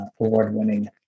award-winning